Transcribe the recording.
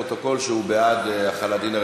29 בעד, שבעה מתנגדים.